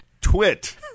Twit